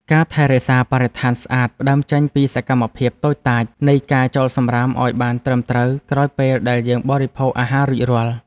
ការថែរក្សាបរិស្ថានស្អាតផ្តើមចេញពីសកម្មភាពតូចតាចនៃការចោលសម្រាមឲ្យបានត្រឹមត្រូវក្រោយពេលដែលយើងបរិភោគអាហាររួចរាល់។